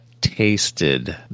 tasted